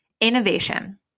Innovation